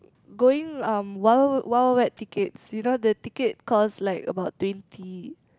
going um Wild Wild Wet tickets you know the ticket cost like about twenty